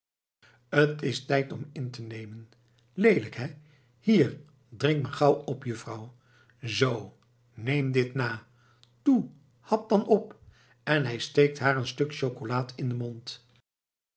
t is tijd om in te nemen leelijk hé hier drink maar gauw op juffrouw zoo neem dit na toe hap dan op en hij steekt haar een stuk chocolaad in den mond